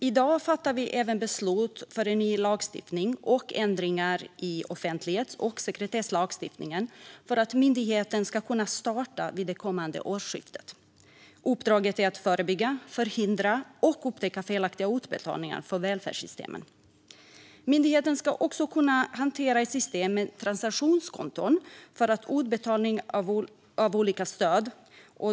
I dag fattar vi även beslut om ny lagstiftning och ändringar i offentlighets och sekretesslagstiftningen för att myndigheten ska kunna starta sin verksamhet vid det kommande årsskiftet. Uppdraget är att förebygga, förhindra och upptäcka felaktiga utbetalningar från välfärdssystemen. Myndigheten ska också hantera ett system med transaktionskonton för utbetalning av olika stöd.